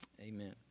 Amen